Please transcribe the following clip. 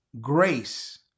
grace